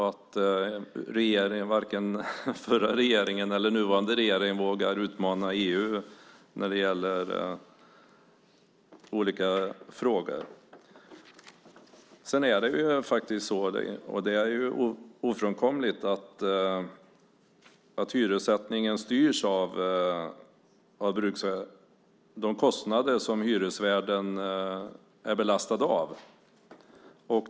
Varken den förra regeringen eller den nuvarande regeringen har vågat utmana EU i olika frågor. Det är ofrånkomligt att hyressättningen styrs av de kostnader som hyresvärden är belastad av.